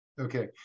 Okay